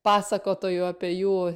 pasakotojų apie jų